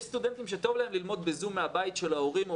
יש סטודנטים שטוב להם ללמוד בזום מהבית של ההורים או